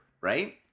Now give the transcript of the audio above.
right